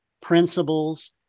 principles